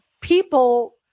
people